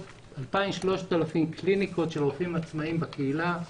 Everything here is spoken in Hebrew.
3,000-2,000 קליניקות של רופאים עצמאיים בקהילה,